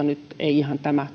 nyt tässäkään keskustelussa tämä